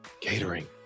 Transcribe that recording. Catering